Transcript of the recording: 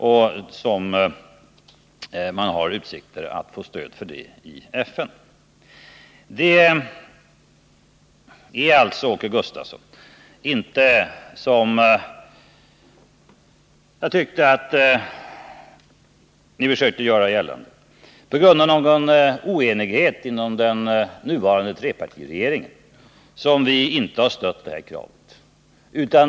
Det är alltså inte, som jag tyckte att Åke Gustavsson försökte göra gällande, på grund av någon oenighet inom den nuvarande trepartiregeringen som vi inte har stött det här kravet.